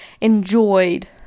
enjoyed